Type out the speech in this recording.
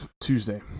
Tuesday